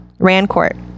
Rancourt